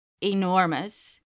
enormous